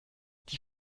die